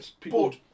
People